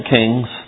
Kings